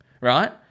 right